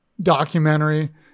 documentary